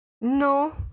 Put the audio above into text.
No